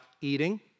eating